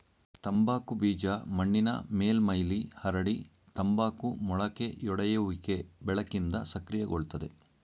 ತಂಬಾಕು ಬೀಜ ಮಣ್ಣಿನ ಮೇಲ್ಮೈಲಿ ಹರಡಿ ತಂಬಾಕು ಮೊಳಕೆಯೊಡೆಯುವಿಕೆ ಬೆಳಕಿಂದ ಸಕ್ರಿಯಗೊಳ್ತದೆ